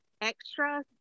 extra